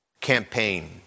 Campaign